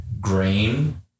grain